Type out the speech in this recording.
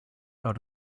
out